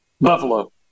Buffalo